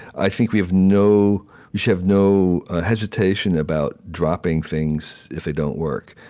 i think we have no we should have no hesitation about dropping things if they don't work.